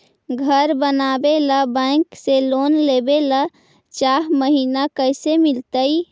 घर बनावे ल बैंक से लोन लेवे ल चाह महिना कैसे मिलतई?